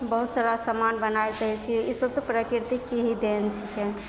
बहुत सारा समान बनाए सकैत छियै ईसब तऽ प्रकृतिके ही देन छिकै